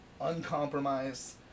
uncompromised